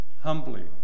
humbly